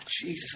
Jesus